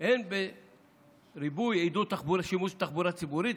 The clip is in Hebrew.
הן בעידוד שימוש בתחבורה ציבורית,